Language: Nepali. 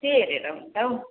त्यही हेरेर हुन्छ हौ